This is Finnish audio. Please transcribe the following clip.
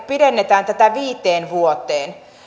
pidennetään tätä viiteen vuoteen